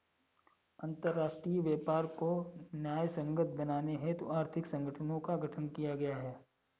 अंतरराष्ट्रीय व्यापार को न्यायसंगत बनाने हेतु आर्थिक संगठनों का गठन किया गया है